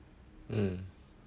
mm